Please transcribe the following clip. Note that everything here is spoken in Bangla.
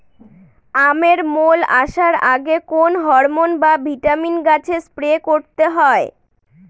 আমের মোল আসার আগে কোন হরমন বা ভিটামিন গাছে স্প্রে করতে হয়?